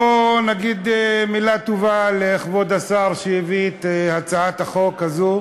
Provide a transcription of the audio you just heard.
בואו נגיד מילה טובה לכבוד השר שהביא את הצעת החוק הזאת